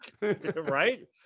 Right